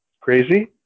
crazy